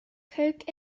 coke